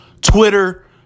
Twitter